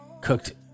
cooked